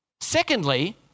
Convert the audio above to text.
Secondly